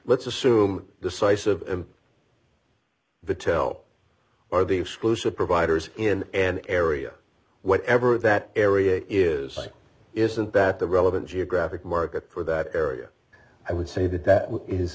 let's assume the source of the tow or the exclusive providers in an area whatever that area is isn't that the relevant geographic market for that area i would say that that is